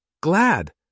Glad